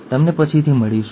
ત્યારે મળીશું